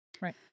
Right